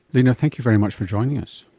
line, thank you very much for joining us.